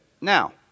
Now